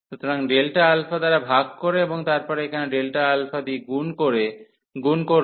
সুতরাং দ্বারা ভাগ করে এবং তারপর এখানে দিয়ে গুণ করব